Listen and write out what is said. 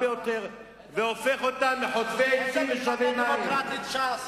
ביותר והופך אותם לחוטבי עצים ושואבי מים.